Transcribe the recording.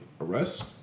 arrest